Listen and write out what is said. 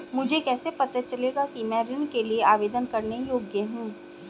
मुझे कैसे पता चलेगा कि मैं ऋण के लिए आवेदन करने के योग्य हूँ?